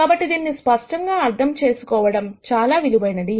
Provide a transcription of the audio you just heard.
కాబట్టి దీనిని స్పష్టంగా అర్థం చేసుకోవడం చాలా విలువైనది